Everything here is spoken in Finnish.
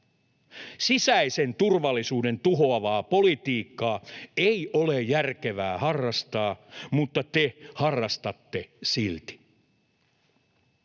Sisäisen turvallisuuden tuhoavaa politiikkaa ei ole järkevää harrastaa, mutta te harrastatte silti.